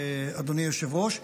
אדוני היושב-ראש,